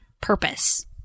purpose